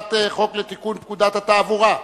להצעת חוק לתיקון פקודת התעבורה,